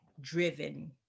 driven